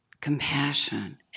compassion